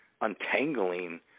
untangling